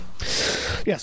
Yes